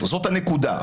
זאת הנקודה.